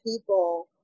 people